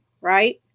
right